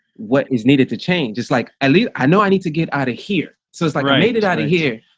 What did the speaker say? what is needed to change, it's like, i like i know i need to get out of here. so it's like i made it out of here.